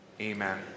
Amen